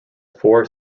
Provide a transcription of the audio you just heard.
four